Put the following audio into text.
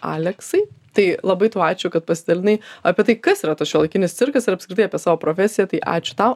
aleksai tai labai tau ačiū kad pasidalinai apie tai kas yra tas šiuolaikinis cirkas ir apskritai apie savo profesiją tai ačiū tau